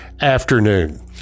afternoon